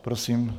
Prosím.